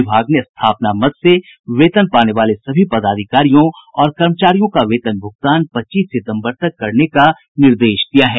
विभाग ने स्थापना मद से वेतन पाने वाले सभी पदाधिकारियों और कर्मचारियों का वेतन भूगतान पच्चीस सितम्बर तक करने का निर्देश दिया है